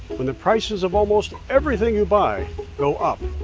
when the prices of almost everything you buy go up,